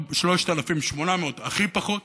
3,800 הכי פחות,